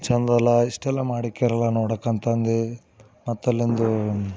ಚೆಂದ ಎಲ್ಲ ಇಷ್ಟೆಲ್ಲ ಮಾಡಿ ಕೇರಳ ನೋಡೋಕೆ ಅಂತಂದು ಮತ್ತು ಅಲ್ಲಿಂದು